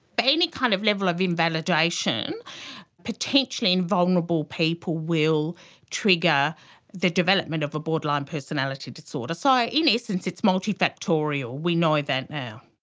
but any kind of level of invalidation potentially in vulnerable people will trigger the development of a borderline personality disorder. so in essence it's multifactorial, we know that now.